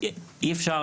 אלה חניכים.